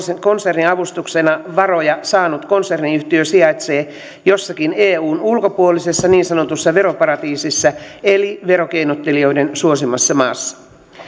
konserniavustuksena varoja saanut konserniyhtiö sijaitsee jossakin eun ulkopuolisessa niin sanotussa veroparatiisissa eli verokeinottelijoiden suosimassa maassa